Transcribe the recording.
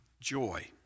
joy